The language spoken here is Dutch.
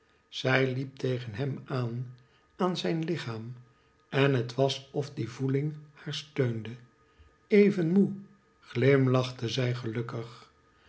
zij liep tegen hem aan aan zijn lichaam en het was of die voeiing haar steunde even moe glimlachte zij gelukkig